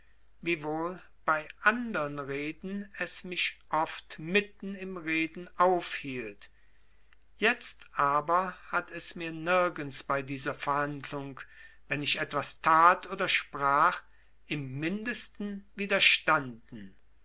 wiewohl bei andern reden es mich oft mitten im reden aufhielt jetzt aber hat es mir nirgends bei dieser verhandlung wenn ich etwas tat oder sprach im mindesten widerstanden